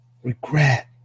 regret